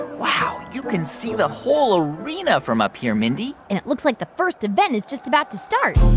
wow. you can see the whole arena from up here, mindy and it looks like the first event is just about to start